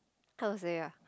how to say ah